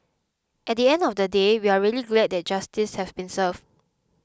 at the end of the day we are really glad that justice have been served